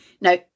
Now